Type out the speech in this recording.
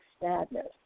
Sadness